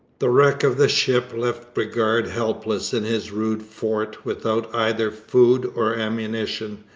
the wreck of the ship left bridgar helpless in his rude fort without either food or ammunition,